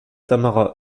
tamara